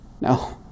No